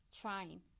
Trying